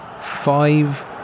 five